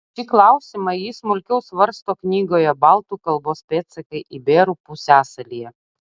šį klausimą ji smulkiau svarsto knygoje baltų kalbos pėdsakai iberų pusiasalyje